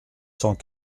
cent